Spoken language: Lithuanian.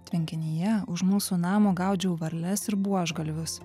tvenkinyje už mūsų namo gaudžiau varles ir buožgalvius